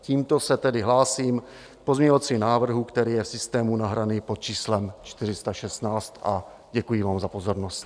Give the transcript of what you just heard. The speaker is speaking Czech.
Tímto se tedy hlásím k pozměňovací návrhu, který je v systému nahraný pod číslem 416, a děkuji vám za pozornost.